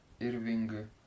Irving